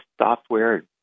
software